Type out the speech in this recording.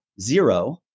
zero